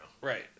Right